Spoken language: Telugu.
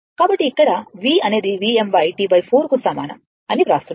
కాబట్టి ఇక్కడ v అనేది Vm T 4 కు సమానం అని వ్రాస్తున్నాను